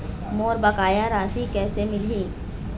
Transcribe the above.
मोर बकाया राशि कैसे मिलही?